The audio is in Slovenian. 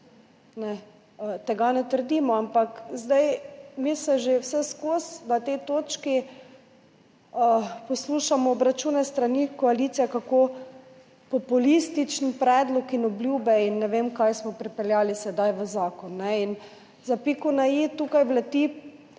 Tega ne trdimo, ampak zdaj že vseskozi na tej točki poslušamo obračune s strani koalicije, kako populističen predlog in obljube in ne vem kaj smo pripeljali sedaj v zakon. In za piko na i tukaj vleti